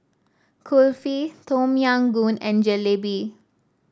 Kulfi Tom Yam Goong and Jalebi